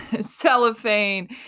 cellophane